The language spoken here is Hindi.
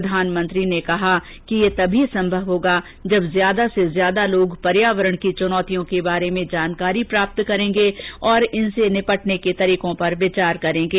प्रधानमंत्री ने कहा कि यह तभी संभव होगा जब ज्यादा से ज्यादा लोग पर्यावरण की चुनौतियों के बारे में जानकारी प्राप्त करेंगे और इनसे निपटने के तरीकों पर विचार करेंगे